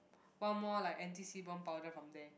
one more like anti sebum powder from there